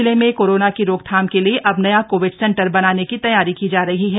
जिले में कोरोना की रोकथाम के लिए अब नया कोविड सेंटर बनाने की तैयारी की जा रही है